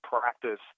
practice